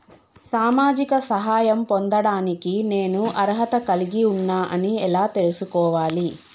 సామాజిక సహాయం పొందడానికి నేను అర్హత కలిగి ఉన్న అని ఎలా తెలుసుకోవాలి?